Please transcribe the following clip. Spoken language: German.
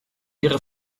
ihre